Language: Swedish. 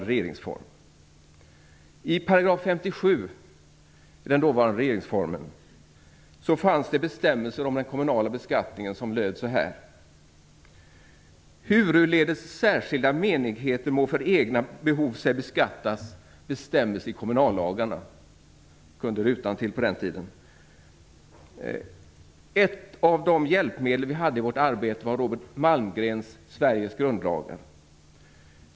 I 57 § i den dåvarande regeringsformen fanns det bestämmelser om den kommunala beskattningen som löd så här: "Huruledes särskilda menigheter må för egna behov sig beskatta bestämmes i kommunallagarna" - jag kunde det utantill på den tiden. Ett av de hjälpmedel som vi hade i vårt arbete var Robert Malmgrens Sveriges grundlagar.